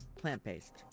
plant-based